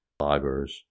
bloggers